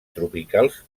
tropicals